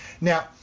Now